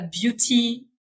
beauty